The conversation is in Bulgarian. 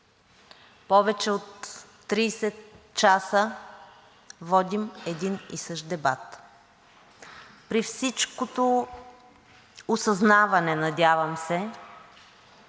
повече от 30 часа водим един и същ дебат. При всичкото осъзнаване, надявам се,